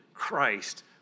Christ